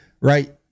right